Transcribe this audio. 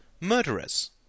murderers